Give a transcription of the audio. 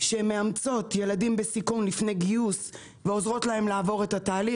שהן מאמצות ילדים בסיכון לפני גיוס ועוזרות להם לעבור את התהליך.